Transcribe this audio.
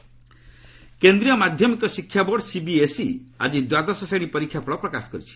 CBSE result କେନ୍ଦ୍ରୀୟ ମାଧ୍ୟମିକ ଶିକ୍ଷା ବୋର୍ଡ ସିବିଏସ୍ଇ ଆଜି ଦ୍ୱାଦଶ ଶ୍ରେଣୀ ପରୀକ୍ଷା ଫଳ ପ୍ରକାଶ କରିଛି